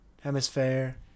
Hemisphere